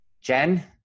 Jen